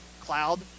Cloud